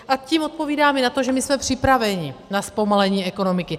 A tím odpovídám i na to, že my jsme připraveni na zpomalení ekonomiky.